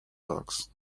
tax